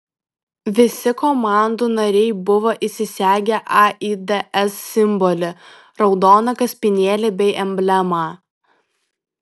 visi komandų nariai buvo įsisegę aids simbolį raudoną kaspinėlį bei emblemą